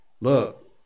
Look